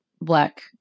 Black